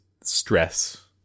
stress